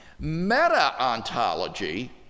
Meta-ontology